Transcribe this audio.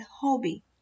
hobby